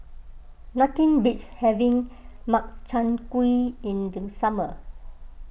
nothing beats having Makchang Gui in the summer